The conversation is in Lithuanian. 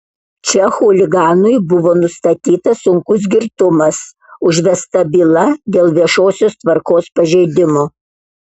čia chuliganui buvo nustatytas sunkus girtumas užvesta byla dėl viešosios tvarkos pažeidimo